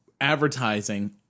advertising